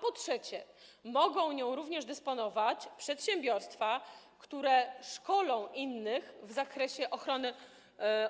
Po trzecie, mogą nią dysponować przedsiębiorstwa, które szkolą innych w zakresie ochrony